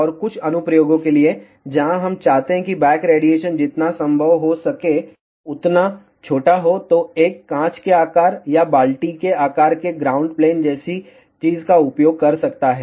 और कुछ अनुप्रयोगों के लिए जहां हम चाहते हैं कि बैक रेडिएशन जितना संभव हो सके उतना छोटा हो तो एक कांच के आकार या बाल्टी के आकार के ग्राउंड प्लेन जैसी चीज़ का उपयोग कर सकता है